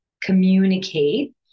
communicate